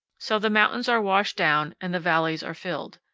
so the mountains are washed down and the valleys are filled.